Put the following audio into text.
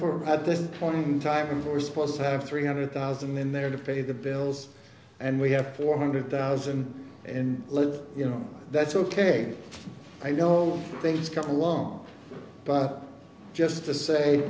for at this point in time for we're supposed to have three hundred thousand in there to pay the bills and we have four hundred thousand and you know that's ok i know things come along but just to say